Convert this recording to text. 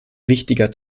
wichtiger